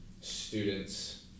students